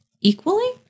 equally